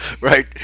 right